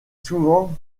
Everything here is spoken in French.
souvent